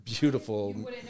Beautiful